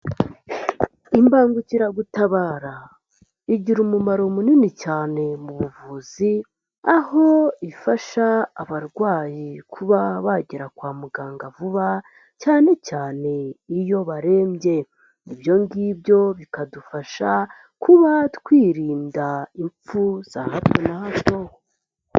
Imbangukiragutabara igira umumaro munini cyane mu buvuzi, aho ifasha abarwayi kuba bagera kwa muganga vuba cyane cyane iyo barembye. Ibyo ngibyo bikadufasha kuba twirinda impfu za hato na hato.